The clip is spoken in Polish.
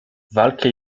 walkę